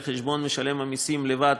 על חשבון משלם המסים לבד,